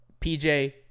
PJ